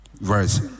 verse